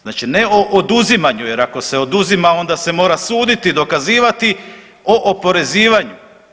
Znači ne o oduzimanju, jer ako se oduzima, onda se mora suditi i dokazivati, o oporezivanju.